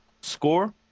score